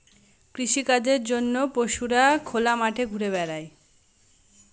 কৃষিকাজের জন্য পশুরা খোলা মাঠে ঘুরা বেড়ায়